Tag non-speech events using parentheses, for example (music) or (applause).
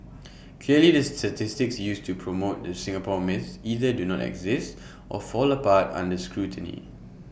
(noise) clearly the statistics used to promote the Singapore myth either do not exist or fall apart under scrutiny